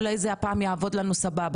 אולי הפעם זה יעבוד לנו סבבה,